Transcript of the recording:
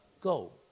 go